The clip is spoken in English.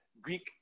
Greek